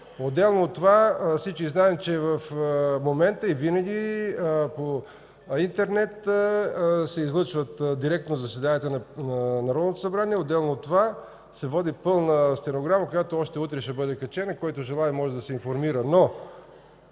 Отделно от това всички знаем, че в момента и винаги по интернет се излъчват директно заседанията на Народното събрание. Отделно от това се води пълна стенограма, която още утре ще бъде качена и който желае, може да се информира. Но